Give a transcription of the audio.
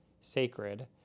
sacred